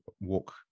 walk